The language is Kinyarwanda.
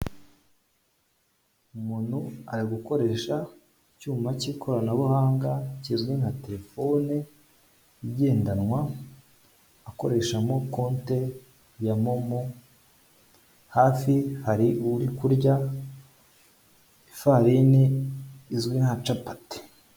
Umuntu ari gukoresha icyuma cy'ikoranabuhanga, kizwi nka telefone igendanwa, akoreshamo konte ya momo, hafi hari uri kurya ifarini izwi nka capati.